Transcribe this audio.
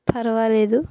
పర్వాలేదు